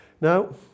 Now